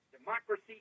Democracy